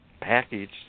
package